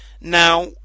Now